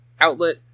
outlet